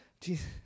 Jesus